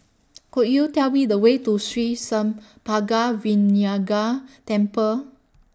Could YOU Tell Me The Way to Sri Senpaga Vinayagar Temple